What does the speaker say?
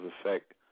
effect